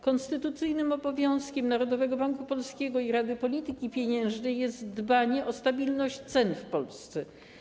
Konstytucyjnym obowiązkiem Narodowego Banku Polskiego i Rady Polityki Pieniężnej jest dbanie o stabilność cen w Polsce.